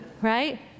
Right